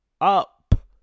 up